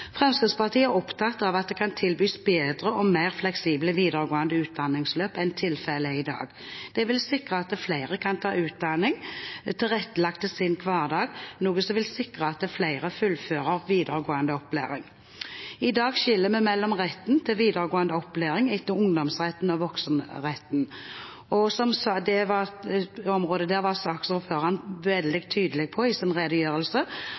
Fremskrittspartiet er opptatt av at det kan tilbys bedre og mer fleksible videregående utdanningsløp enn tilfellet er i dag. Det vil sikre at flere kan ta utdanning tilrettelagt sin hverdag, noe som vil sikre at flere fullfører videregående opplæring. I dag skiller vi mellom rett til videregående opplæring etter ungdomsretten og voksenretten. På det området var saksordføreren veldig tydelig i sin redegjørelse,